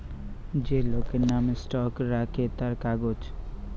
যে লোকের নাম স্টক রাখে তার কাগজ